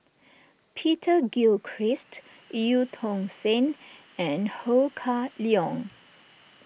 Peter Gilchrist Eu Tong Sen and Ho Kah Leong